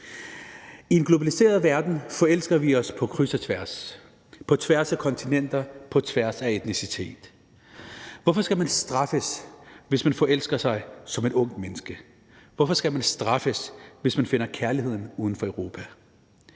I en globaliseret verden forelsker vi os på kryds og tværs, på tværs af kontinenter, på tværs af etnicitet. Hvorfor skal man straffes, hvis man forelsker sig som et ungt menneske? Hvorfor skal man straffes, hvis man finder kærligheden uden for Europa?